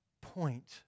point